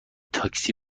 تاکسی